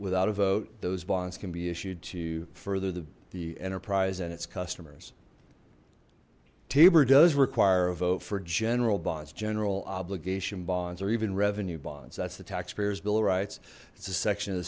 without a vote those bonds can be issued to further the enterprise and its customers tabor does require a vote for general bonds general obligation bonds or even revenue bonds that's the taxpayers bill of rights it's a section of the